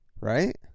Right